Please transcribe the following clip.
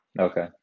Okay